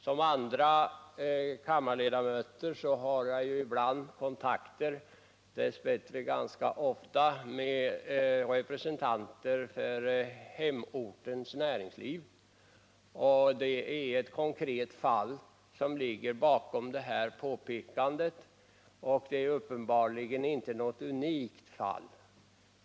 Som andra kammarledamöter har jag ibland kontakter — dess bättre ganska ofta — med representanter för hemortens näringsliv. Det är ett konkret fall som ligger bakom det här påpekandet, och det är uppenbarligen inte något unikt fall.